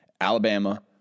Alabama